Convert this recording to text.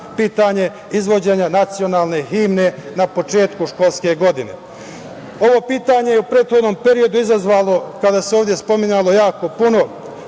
pitanje izvođenja nacionalne himne na početku školske godine. Ovo pitanje je u prethodnom periodu izazvalo, kada se ovde spominjalo jako puno,